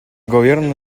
gobierno